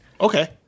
Okay